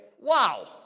Wow